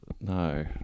no